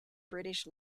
british